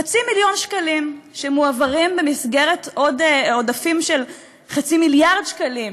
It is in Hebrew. חצי מיליון שקלים שמועברים במסגרת עוד עודפים של חצי מיליארד שקלים